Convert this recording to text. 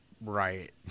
Right